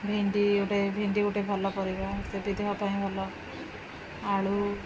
ଭେଣ୍ଡି ଗୋଟେ ଭେଣ୍ଡି ଗୋଟେ ଭଳ ପାରିବା ସେ ବି ଦେହ ପାଇଁ ଭଲ